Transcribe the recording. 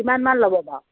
কিমান মান ল'ব বাৰু